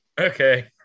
Okay